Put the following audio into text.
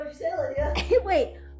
Wait